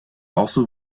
also